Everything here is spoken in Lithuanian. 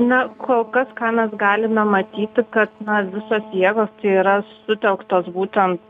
na kol kas ką mes galime matyti kad na visos jėgos yra sutelktos būtent